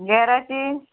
गियराची